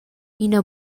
ina